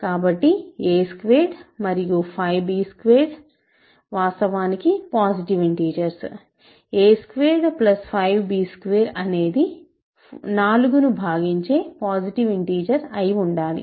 కాబట్టి a squared మరియు b squared వాస్తవానికి positive integers a squared plus 5 b square అనేది 4 ను భాగించే పాసిటివ్ ఇంటిజర్ అయి ఉండాలి